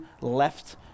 left